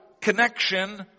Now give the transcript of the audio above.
connection